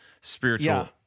spiritual